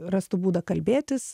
rastų būdą kalbėtis